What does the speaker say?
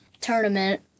tournament